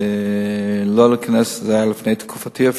זה אפילו היה לפני תקופתי,